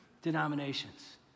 denominations